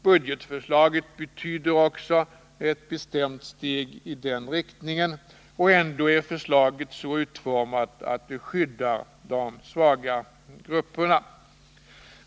Budgetförslaget betyder också ett bestämt steg i den riktningen, och ändå är förslaget så utformat att det skyddar de svaga grupperna.